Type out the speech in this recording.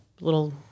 little